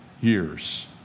years